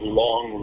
long